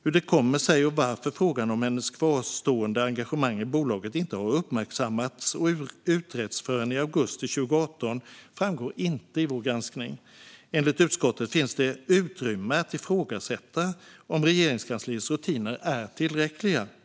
Hur det kommer sig och varför frågan om hennes kvarstående engagemang i bolaget inte har uppmärksammats och utretts förrän i augusti 2018 framgår inte i vår granskning. Enligt utskottet finns det utrymme att ifrågasätta om Regeringskansliets rutiner är tillräckliga.